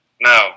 No